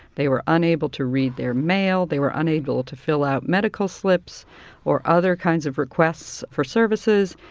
they were unable to read their mail, they were unable to fill out medical slips or other kinds of requests for services.